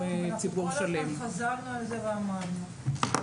כל הזמן חזרנו ואמרנו את זה.